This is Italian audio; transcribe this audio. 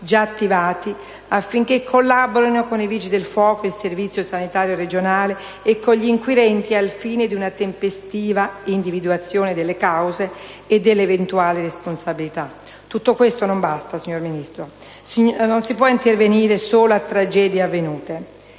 già attivati affinché collaborino con i Vigili del fuoco, con il servizio sanitario regionale e con gli inquirenti al fine di una tempestiva individuazione delle cause e delle eventuali responsabilità». Tutto questo non basta, signor Ministro. Non si può intervenire solo a tragedie avvenute.